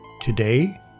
Today